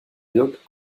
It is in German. dirk